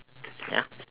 ya